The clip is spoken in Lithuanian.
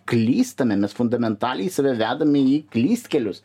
klystame mes fundamentaliai save vedame į klystkelius